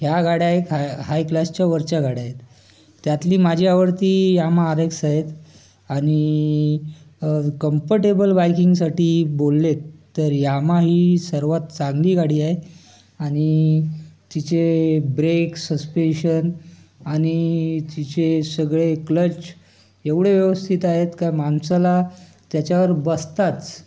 ह्या गाड्या एक हाय हाय क्लासच्या वरच्या गाड्या आहेत त्यातली माझी आवडती यामा आर एक्स आहेत आणि कंफर्टेबल बाइकिंगसाठी बोलले आहेत तर यामा ही सर्वात चांगली गाडी आहे आणि तिचे ब्रेक सस्पेंशन आणि तिचे सगळे क्लच एवढे व्यवस्थित आहेत का माणसाला त्याच्यावर बसताच